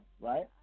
right